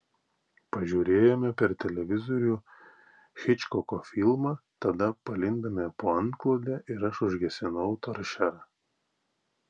pažiūrėjome per televizorių hičkoko filmą tada palindome po antklode ir aš užgesinau toršerą